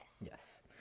Yes